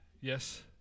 Yes